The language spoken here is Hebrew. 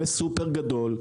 לסופר גדול,